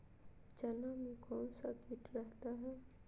चना में कौन सा किट रहता है?